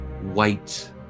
white